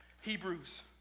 Hebrews